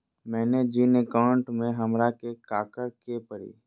मैंने जिन अकाउंट में हमरा के काकड़ के परी?